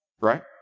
Right